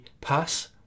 pass